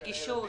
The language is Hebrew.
מה עם